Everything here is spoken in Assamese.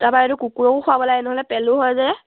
তাৰপৰা এইটো কুকুৰকো খোৱাব লাগে নহ'লে পেলু হয় যে